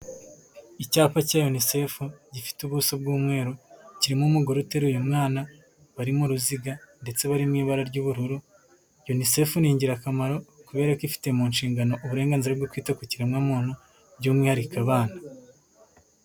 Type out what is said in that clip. Icyapa cya Unicef gifite ubuso bw'umweru, kirimo umugore uteruye mwana bari mu ruziga ndetse bari mu ibara ry'ubururu, Unicef ni ingirakamaro kubera ko ifite mu nshingano uburenganzira bwo kwita ku kiremwamuntu by'umwihariko abana.